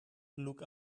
look